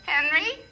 Henry